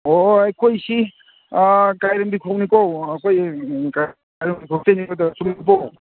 ꯑꯣ ꯑꯩꯈꯣꯏꯁꯤ ꯀꯥꯏꯔꯦꯝꯕꯤꯈꯣꯛꯅꯤꯀꯣ ꯑꯩꯈꯣꯏ ꯀꯥꯏꯔꯦꯝꯕꯤꯈꯣꯛ ꯇꯩꯅꯤ ꯑꯗꯣ ꯆꯨꯝꯃꯤꯀꯣ